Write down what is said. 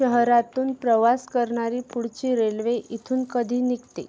शहरातून प्रवास करणारी पुढची रेल्वे इथून कधी निघते